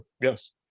Yes